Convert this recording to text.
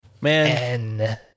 Man